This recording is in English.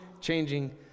changing